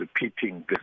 repeating